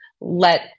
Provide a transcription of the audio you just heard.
let